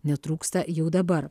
netrūksta jau dabar